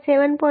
7